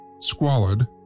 squalid